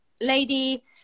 lady